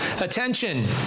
attention